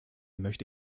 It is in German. möchte